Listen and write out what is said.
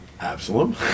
Absalom